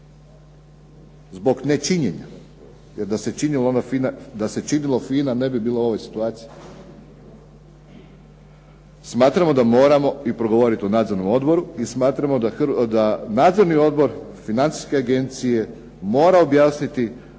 zbog nečinjenja jer da se činilo FINA ne bi bila u ovoj situaciji. Smatramo da moramo i progovoriti o nadzornom odboru i smatramo da nadzorni odbor financijske agencije mora objasniti